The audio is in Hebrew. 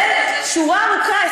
כולל שורה ארוכה,